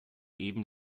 even